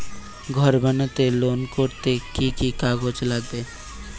ঘর বানাতে লোন করতে কি কি কাগজ লাগবে?